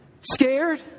Scared